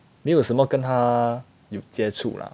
没有什么跟她有接触 lah